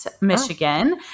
Michigan